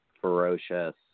ferocious